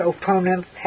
opponents